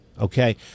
Okay